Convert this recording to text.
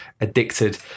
addicted